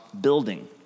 building